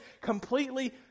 completely